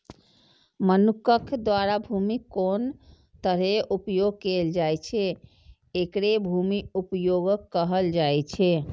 मनुक्ख द्वारा भूमिक कोन तरहें उपयोग कैल जाइ छै, एकरे भूमि उपयोगक कहल जाइ छै